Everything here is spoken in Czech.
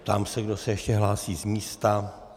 Ptám se, kdo se ještě hlásí z místa.